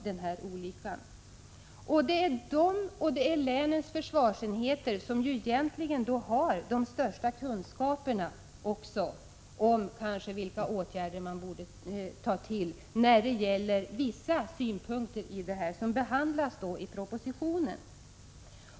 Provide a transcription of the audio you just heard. Det är kommunernas miljöoch hälsoskyddskontor och länens försvarsenheter som har de största kunskaperna om vilka åtgärder man bör ta till och i fråga om vissa synpunkter som behandlas i propositionen.